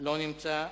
לא נמצא.